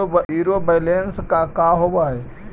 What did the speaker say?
Zero balance का होव हइ?